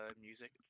music